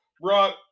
brought